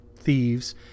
thieves